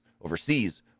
overseas